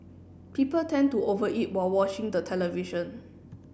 people tend to over eat while watching the television